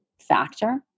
factor